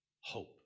hope